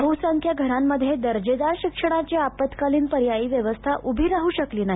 बहुसंख्य घरांमध्ये दर्जेदार शिक्षणाची आपत्कालीन पर्यायी व्यवस्था उभी राहू शकली नाही